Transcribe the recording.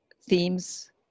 themes